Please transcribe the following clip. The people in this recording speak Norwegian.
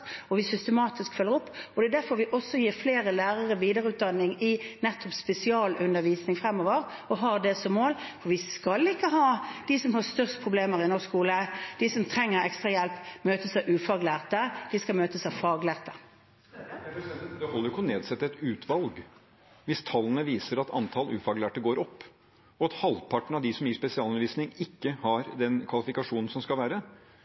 vi systematisk følger opp. Det er derfor vi også gir flere lærere videreutdanning i nettopp spesialundervisning fremover, og har det som mål. Vi skal ikke la de som har størst problemer i norsk skole, de som trenger ekstrahjelp, møtes av ufaglærte. De skal møtes av faglærte. Jonas Gahr Støre – til oppfølgingsspørsmål. Det holder jo ikke å nedsette et utvalg hvis tallene viser at antall ufaglærte går opp, og at halvparten av dem som gir spesialundervisning, ikke har den kvalifikasjonen som skal